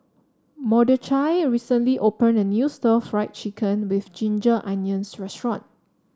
Mordechai recently opened a new Stir Fried Chicken with Ginger Onions restaurant